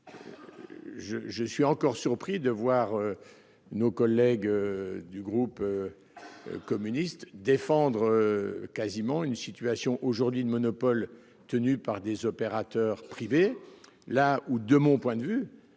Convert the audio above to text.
je suis encore surpris de voir. Nos collègues. Du groupe. Communiste défendre. Quasiment une situation aujourd'hui de monopole tenus par des opérateurs privés là ou de mon point de vue.